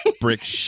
brick